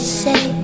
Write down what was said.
say